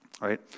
right